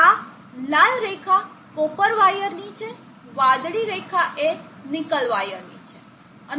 આ લાલ રેખા કોપરના વાયર ની છે વાદળી રેખા એ નિકલ વાયર છે